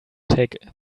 take